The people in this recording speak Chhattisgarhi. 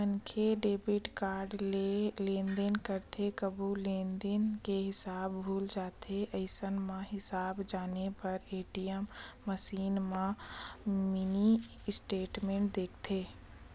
मनखे डेबिट कारड ले लेनदेन करथे कभू लेनदेन के हिसाब भूला जाथे अइसन म हिसाब जाने बर ए.टी.एम मसीन म मिनी स्टेटमेंट देखथे